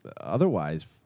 otherwise